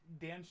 Dan